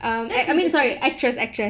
that's interesting